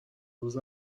روز